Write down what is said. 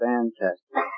Fantastic